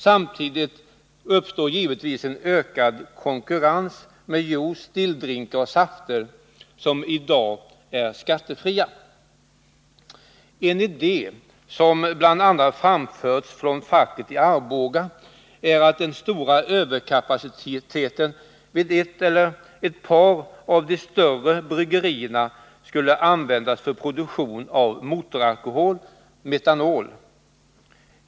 Samtidigt uppstår givetvis en ökad konkurrens med jos, En idé som bl.a. framförts från facket i Arboga är att den stora överkapaciteten vid ett eller ett par av de större bryggerierna skulle användas för produktion av motoralkohol — metanol.